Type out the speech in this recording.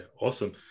Awesome